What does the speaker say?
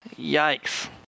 Yikes